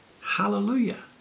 Hallelujah